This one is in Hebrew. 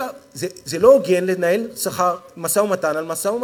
עכשיו, זה לא הוגן לנהל משא-ומתן על משא-ומתן.